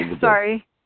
sorry